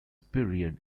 period